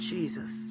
Jesus